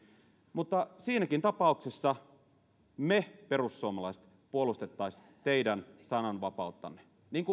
mutta siinäkin tapauksessa me perussuomalaiset puolustaisimme teidän sananvapauttanne